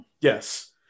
Yes